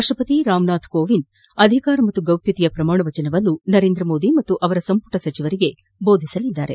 ರಾಷ್ಟಪತಿ ರಾಮನಾಥ್ ಕೋವಿಂದ್ ಅಧಿಕಾರ ಮತ್ತು ಗೌಪ್ಕತೆಯ ಪ್ರಮಾಣವಚನವನ್ನು ನರೇಂದ್ರ ಮೋದಿ ಮತ್ತು ಅವರ ಸಂಪುಟ ಸಚಿವರಿಗೆ ಬೋಧಿಸಲಿದ್ದಾರೆ